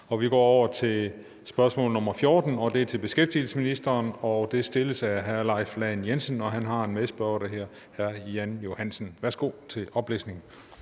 Vi går over til spørgsmål 14. Det er til beskæftigelsesministeren, det stilles af hr. Leif Lahn Jensen, og han har en medspørger, der hedder hr. Jan Johansen. Kl. 14:45 Spm. nr.